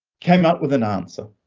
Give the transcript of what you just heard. came up with an answer.